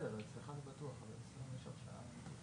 ולמעשה זנח את כל הבקשות שלנו.